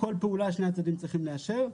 כל פעולה שני הצדדים צריכים לאשר.